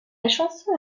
chanson